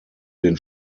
den